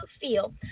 feel